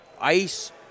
ice